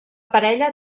parella